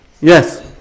Yes